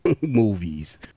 movies